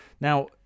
Now